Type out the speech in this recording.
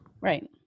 Right